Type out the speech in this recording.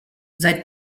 seit